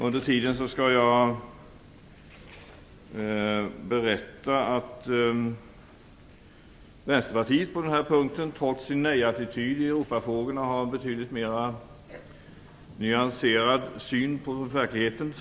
Under tiden kan jag tala om att Vänsterpartiet på den här punkten, trots sin nej-attityd i Europafrågorna har en betydligt mera nyanserad syn på verkligheten.